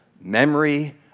Memory